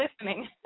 listening